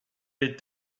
est